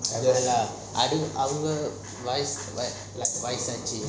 ya ya ya I think after surprise by